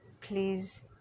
please